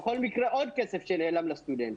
בכל מקרה, זה עוד כסף שנעלם לסטודנט.